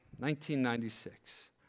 1996